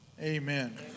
amen